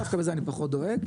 דווקא בזה אני פחות דואג,